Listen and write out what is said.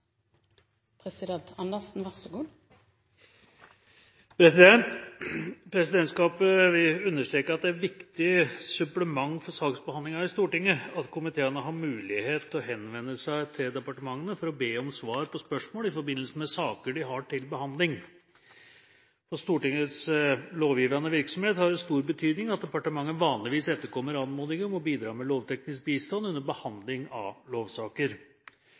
viktig supplement for saksbehandlingen i Stortinget at komiteene har mulighet til å henvende seg til departementene for å be om svar på spørsmål i forbindelse med saker de har til behandling. For Stortingets lovgivende virksomhet har det stor betydning at departementet vanligvis etterkommer anmodning om å bidra med lovteknisk bistand under behandling av lovsaker.